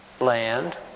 Land